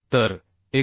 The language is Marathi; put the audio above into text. तर 124